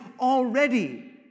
already